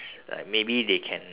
like maybe they can